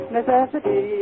Necessity